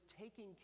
taking